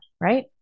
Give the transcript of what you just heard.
right